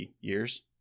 years